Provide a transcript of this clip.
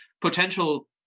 potential